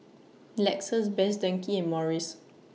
Lexus Best Denki and Morries